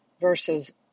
versus